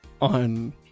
On